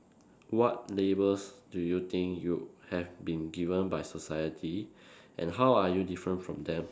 what labels do you think you have been given by society and how are you different from them